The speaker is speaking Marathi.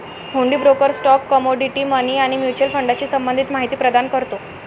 हुंडी ब्रोकर स्टॉक, कमोडिटी, मनी आणि म्युच्युअल फंडाशी संबंधित माहिती प्रदान करतो